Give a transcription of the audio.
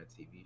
TV